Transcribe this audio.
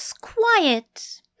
quiet